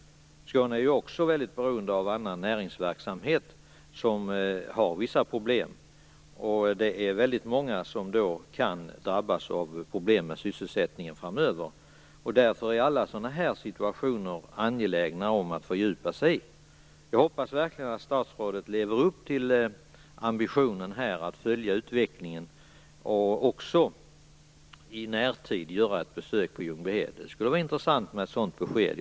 Skåne är också väldigt beroende av annan näringsverksamhet som har vissa problem. Det är då väldigt många som kan drabbas av problem med sysselsättningen framöver. Därför är alla sådana här situationer angelägna att fördjupa sig i. Jag hoppas verkligen att statsrådet lever upp till ambitionen att följa utvecklingen och också att i närtid göra ett besök i Ljungbyhed. Det skulle vara intressant med ett sådant besked.